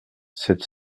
sept